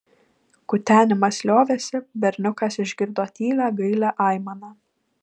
kutenimas liovėsi berniukas išgirdo tylią gailią aimaną